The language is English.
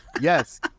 Yes